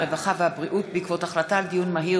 הרווחה והבריאות בעקבות דיון מהיר